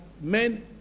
men